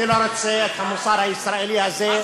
אני לא רוצה את המוסר הישראלי הזה.